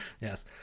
Yes